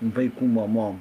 vaikų mamom